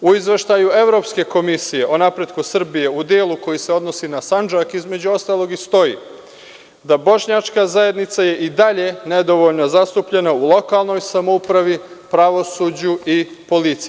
U izveštaju Evropske komisije o napretku Srbije u delu koji se odnosi na Sandžak, između ostalog i stoji, da bošnjačaka zajednica je i dalje nedovoljno zastupljena u lokalnoj samoupravi, pravosuđu i policiji.